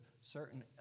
certain